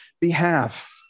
behalf